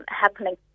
happening